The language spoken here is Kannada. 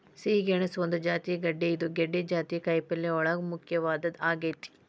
ಸಿಹಿ ಗೆಣಸು ಒಂದ ಜಾತಿಯ ಗೆಡ್ದೆ ಇದು ಗೆಡ್ದೆ ಜಾತಿಯ ಕಾಯಪಲ್ಲೆಯೋಳಗ ಮುಖ್ಯವಾದದ್ದ ಆಗೇತಿ